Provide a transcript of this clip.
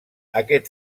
aquest